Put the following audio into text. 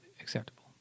acceptable